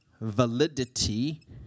validity